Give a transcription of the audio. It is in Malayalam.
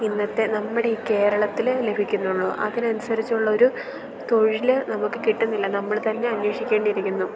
ഇന്നത്തെ നമ്മടെ ഈ കേരളത്തിൽ ലഭിക്കുന്നുള്ളൂ അതിന് അനുസരിച്ചുള്ള ഒരു തൊഴിൽ നമുക്ക് കിട്ടുന്നില്ല നമ്മൾ തന്നെ അന്വേഷിക്കേണ്ടി ഇരിക്കുന്നു